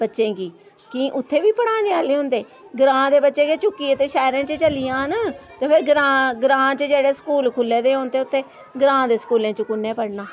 बच्चें गी कि उत्थै बी पढ़ाने आह्ले होंदे ग्रां दे बच्चे गै चुक्कियै ते शैह्रें च चली जान ते फिर ग्रां ग्रां च जेह्ड़े स्कूल खु'ल्ले दे होन ते उत्थै ग्रां दे स्कूलें च कु'न्नै पढ़ना